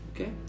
okay